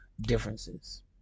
differences